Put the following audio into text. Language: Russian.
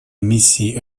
миссии